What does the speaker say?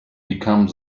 become